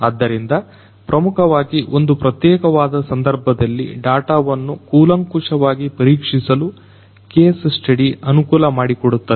ಆದ್ದರಿಂದ ಪ್ರಮುಖವಾಗಿ ಒಂದು ಪ್ರತ್ಯೇಕವಾದ ಸಂದರ್ಭದಲ್ಲಿ ಡಾಟಾವನ್ನು ಕೂಲಂಕುಶವಾಗಿ ಪರೀಕ್ಷಿಸಲು ಕೇಸ್ ಸ್ಟಡಿ ಅನುಕೂಲಮಾಡಿಕೊಡುತ್ತದೆ